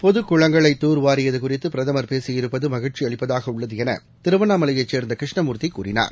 பொதுகுளங்களைதார்வாரியதுகுறித்துபிரதமர் பேசியிருப்பதுமகிழ்ச்சிஅளிப்பதாகஉள்ளதுஎனதிருவண்ணாமலையச் சேர்ந்தகிருஷ்ணமூர்த்திகூறினார்